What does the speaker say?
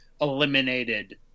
eliminated